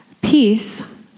Peace